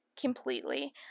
completely